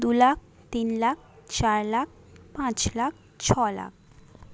দু লাখ তিন লাখ চার লাখ পাঁচ লাখ ছ লাখ